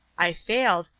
i failed,